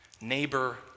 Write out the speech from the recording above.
neighbor